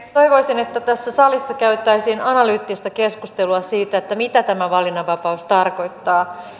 toivoisin että tässä salissa käytäisiin analyyttistä keskustelua siitä mitä tämä valinnanvapaus tarkoittaa